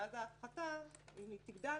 ואז אם ההפחתה תגדל,